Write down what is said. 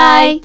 Bye